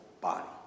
body